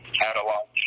catalog